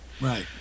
Right